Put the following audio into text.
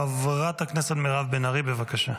חברת הכנסת מירב בן ארי, בבקשה.